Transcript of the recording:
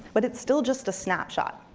but it's still just a snapshot.